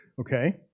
Okay